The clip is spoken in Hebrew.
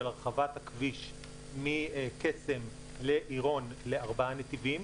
הרחבת הכביש מקסם לעירון לארבעה נתיבים,